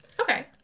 Okay